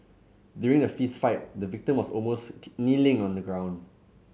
during the fist fight the victim was almost kneeling on the ground